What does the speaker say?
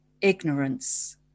ignorance